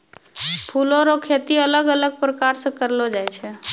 फूलो रो खेती अलग अलग प्रकार से करलो जाय छै